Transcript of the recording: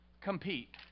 compete